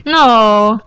No